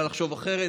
את יכולה לחשוב אחרת.